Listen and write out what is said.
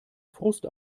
frust